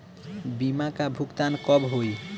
बीमा का भुगतान कब होइ?